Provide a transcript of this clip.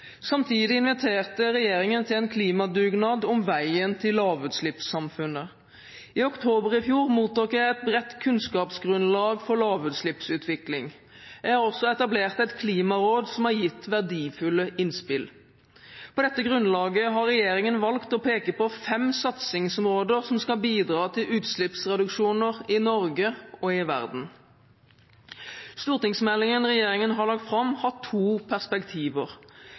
Samtidig inviterte regjeringen til en klimadugnad om veien til lavutslippssamfunnet. I oktober i fjor mottok jeg et bredt kunnskapsgrunnlag for lavutslippsutvikling. Jeg har også etablert et klimaråd som har gitt verdifulle innspill. På dette grunnlaget har regjeringen valgt å peke på fem satsingsområder som skal bidra til utslippsreduksjoner i Norge og i verden. Stortingsmeldingen regjeringen har lagt fram, har to perspektiver: